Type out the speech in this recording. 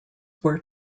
were